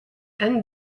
and